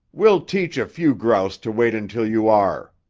we'll teach a few grouse to wait until you are,